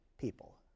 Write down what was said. people